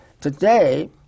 today